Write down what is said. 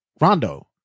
Rondo